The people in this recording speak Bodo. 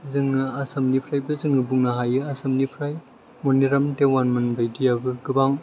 जोङो आसामनिफ्रायबो जोङो बुंनो हायो आसामनिफ्राय मणिराम देवानमोन बायदियाबो गोबां